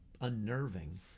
unnerving